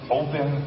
open